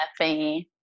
laughing